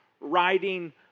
riding